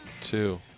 two